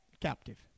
captive